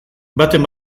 baten